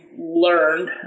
learned